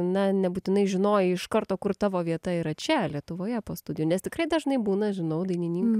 na nebūtinai žinojai iš karto kur tavo vieta yra čia lietuvoje po studijų nes tikrai dažnai būna žinau dainininkai